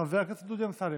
חבר הכנסת דודי אמסלם.